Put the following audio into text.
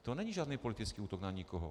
To není žádný politický útok na nikoho.